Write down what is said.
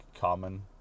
common